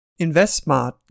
InvestSmart